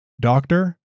Doctor